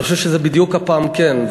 אני חושב שזה בדיוק הפעם כן.